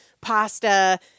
pasta